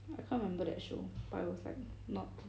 I can't remember that show but it was like not